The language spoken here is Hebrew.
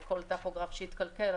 כל טכוגרף שיתקלקל,